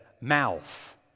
mouth